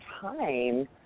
time